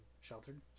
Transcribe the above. Sheltered